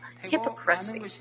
hypocrisy